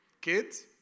Kids